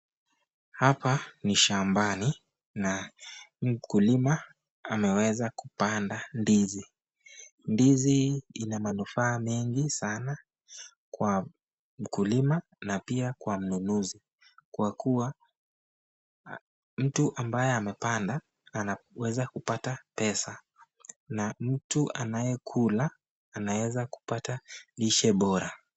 Hapa ni shambani na mkulima ameweza kupanda ndizi. Ndizi ina manufaa mengi sana kwa mkulima na pia kwa mnunuzi kwa kuwa mtu ambaye amepanda anaweza kupata pesa na mtu anayuekula anaweza kupata lishe bora.